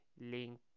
Link